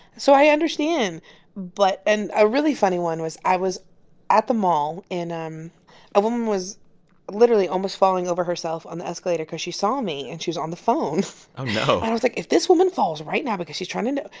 so i understand but and a really funny one was i was at the mall and um a woman was literally almost falling over herself on the escalator cause she saw me and she was on the phone oh no i was like, if this woman falls right now because she's trying to.